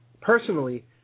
personally